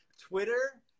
Twitter